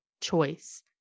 choice